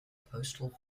postal